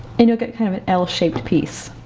and you'll get kind of an l shaped piece.